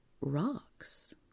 rocks